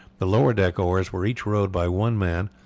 the lower-deck oars were each rowed by one man,